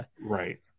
Right